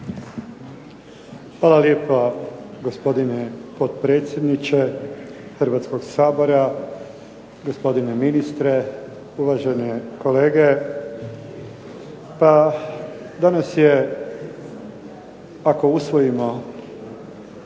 Hvala lijepa, gospodine potpredsjedniče Hrvatskoga sabora. Gospodine ministre, uvažene kolege. Pa danas je ako usvojimo,